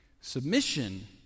Submission